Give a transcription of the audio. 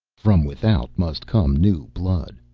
from without must come new blood.